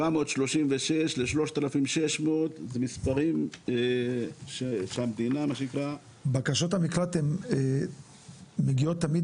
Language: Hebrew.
736 ל-3,600 אלו מספרים שהמדינה- -- בקשות המקלט מגיעות תמיד